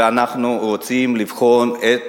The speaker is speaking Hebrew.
ואנחנו רוצים לבחון את